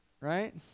right